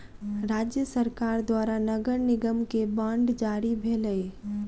राज्य सरकार द्वारा नगर निगम के बांड जारी भेलै